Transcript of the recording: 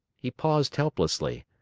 he paused helplessly,